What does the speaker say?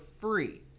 free